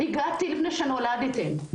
הגעתי לפני שנולדתם.